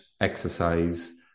exercise